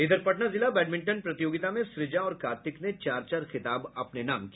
इधर पटना जिला बैडमिंटन प्रतियोगिता में सुजा और कार्तिक ने चार चार खिताब अपने नाम किया